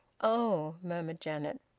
oh! murmured janet.